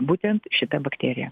būtent šita bakterija